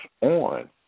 On